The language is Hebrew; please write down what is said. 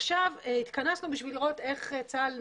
עכשיו התכנסנו בשביל לראות איך צה"ל נערך,